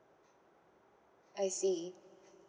I see